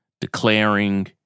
declaring